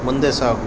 ಮುಂದೆ ಸಾಗು